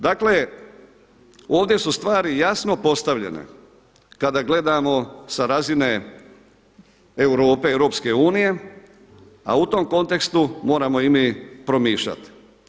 Dakle, ovdje su stvari jasno postavljene kada gledamo sa razine Europe, EU a u tom kontekstu moramo i mi promišljati.